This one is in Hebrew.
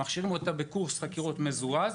ומכשירים אותם בקורס חקירות מזורז.